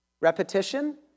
Repetition